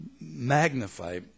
magnify